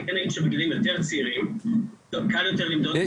אני כן אגיד שבגילאים יותר צעירים קל יותר למדוד.